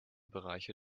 bereiche